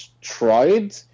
tried